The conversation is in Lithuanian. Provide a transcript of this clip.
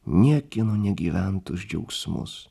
niekieno negyventus džiaugsmus